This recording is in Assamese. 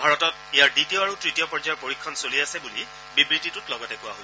ভাৰতত ইয়াৰ দ্বিতীয় আৰু তৃতীয় পৰ্যায়ৰ পৰীক্ষণ চলি আছে বুলি বিবৃতিটোত লগতে কোৱা হৈছে